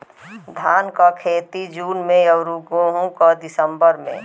धान क खेती जून में अउर गेहूँ क दिसंबर में?